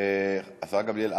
השרה גמליאל,